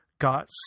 got